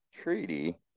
treaty